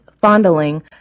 fondling